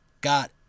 got